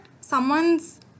someone's